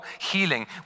healing